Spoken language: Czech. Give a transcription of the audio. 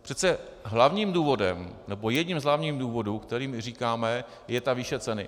Přece hlavním důvodem, nebo jedním z hlavních důvodů, který my říkáme, je výše ceny.